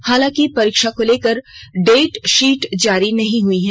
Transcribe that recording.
हालांकि परीक्षा को लेकर डेटशीट जारी नहीं हुई है